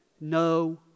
no